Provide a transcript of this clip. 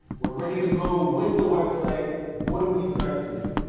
we're ready to go with the website. what do we start to do?